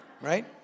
Right